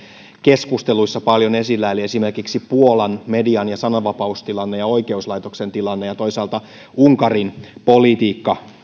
keskusteluissa paljon esillä eli esimerkiksi puolan median ja sananvapauden tilanne ja oikeuslaitoksen tilanne ja toisaalta unkarin politiikka